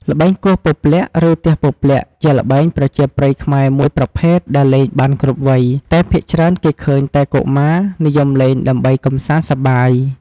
ល្បែងគោះពព្លាក់ ឬទះពព្លាក់ ជាល្បែងប្រជាប្រិយខ្មែរមួយប្រភេទដែលលេងបានគ្រប់វ័យ តែភាគច្រើនគេឃើញតែកុមារ និយមលេងដើម្បីកម្សាន្តសប្បាយ។